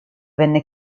venne